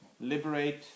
liberate